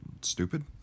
stupid